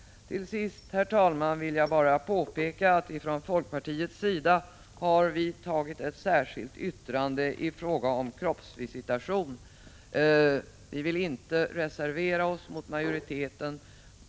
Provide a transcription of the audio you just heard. Som avslutning, herr talman, vill jag bara påpeka att vi från folkpartiets sida har avlämnat ett särskilt yttrande i fråga om kroppsvisitation. Vi vill inte reservera oss mot majoriteten.